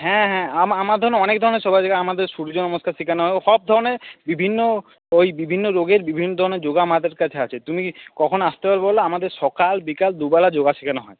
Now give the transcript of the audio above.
হ্যাঁ হ্যাঁ আমাদের অনেক ধরণের সূর্য নমস্কার শেখানো হয় সব ধরণের বিভিন্ন ওই বিভিন্ন রোগের বিভিন্ন ধরণের যোগা আমাদের কাছে আছে তুমি কখন আসতে পারবে বল আমাদের সকাল বিকাল দুবেলা যোগা সেখানো হয়